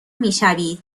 میشوید